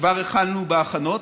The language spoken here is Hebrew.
וכבר החלנו בהכנות,